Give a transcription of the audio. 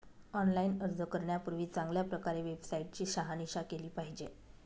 online अर्ज करण्यापूर्वी चांगल्या प्रकारे वेबसाईट ची शहानिशा केली पाहिजे